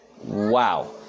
Wow